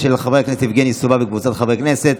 של חבר הכנסת יבגני סובה וקבוצת חברי הכנסת.